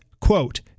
quote